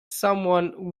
someone